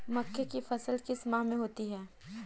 मक्के की फसल किस माह में होती है?